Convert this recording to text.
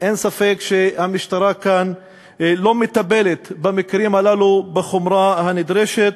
אין ספק שהמשטרה כאן לא מטפלת במקרים הללו בחומרה הנדרשת.